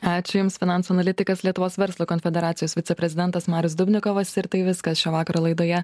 ačiū jums finansų analitikas lietuvos verslo konfederacijos viceprezidentas marius dubnikovas ir tai viskas šio vakaro laidoje